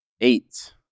eight